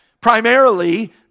primarily